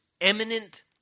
eminent